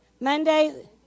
Monday